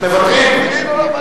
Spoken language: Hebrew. מוותרים.